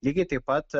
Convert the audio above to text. lygiai taip pat